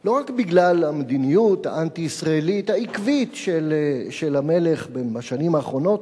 לא רק בגלל המדיניות האנטי-ישראלית העקבית של המלך בשנים האחרונות,